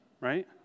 right